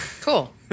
Cool